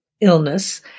illness